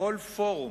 בכל פורום,